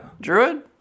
Druid